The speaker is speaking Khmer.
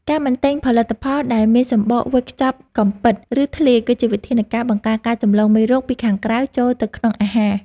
ការមិនទិញផលិតផលដែលមានសំបកវេចខ្ចប់កំពិតឬធ្លាយ គឺជាវិធានការបង្ការការចម្លងមេរោគពីខាងក្រៅចូលទៅក្នុងអាហារ។